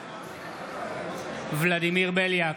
בעד ולדימיר בליאק,